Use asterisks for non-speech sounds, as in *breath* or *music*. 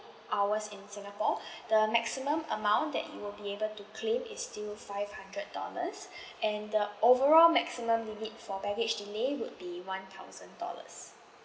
hours in singapore *breath* the maximum amount that you will be able to claim is still five hundred dollars *breath* and the overall maximum limit for baggage delay would be one thousand dollars